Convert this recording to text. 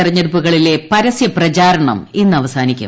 തിരഞ്ഞെടുപ്പുകളിലെ പരസ്യപ്രചാരണം ഇന്ന് അവസാനിക്കും